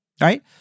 right